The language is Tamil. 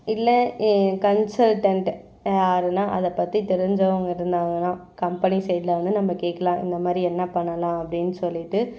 இல்லை கன்சல்டண்ட் யாருனால் அதை பற்றி தெரிஞ்சவங்கள் இருந்தாங்கனால் கம்பெனி சைடிலேருந்து நம்ம கேட்கலாம் இந்தமாதிரி என்ன பண்ணலாம் அப்படின்னு சொல்லிட்டு